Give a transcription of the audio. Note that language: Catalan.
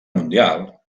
mundial